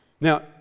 now